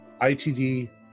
ITD